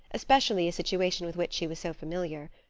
especially a situation with which she was so familiar.